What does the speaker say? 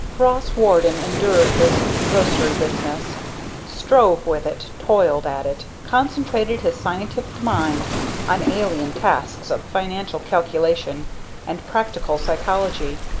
ross warden endured his grocery business strove with it, toiled at it, concentrated his scientific mind on alien tasks of financial calculation and practical psychology,